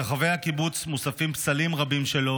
ברחבי הקיבוץ מוצבים פסלים רבים שלו.